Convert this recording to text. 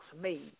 made